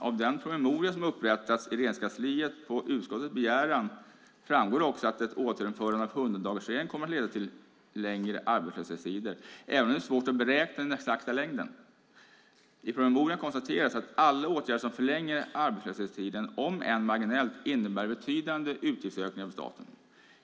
Av den promemoria som upprättats i Regeringskansliet på utskottets begäran framgår också att ett återinförande av 100-dagarsregeln kommer att leda till längre arbetslöshetstider, även om det är svårt att beräkna den exakta längden. I promemorian konstateras att alla åtgärder som förlänger arbetslöshetstiden, om än marginellt, innebär betydande utgiftsökningar för staten.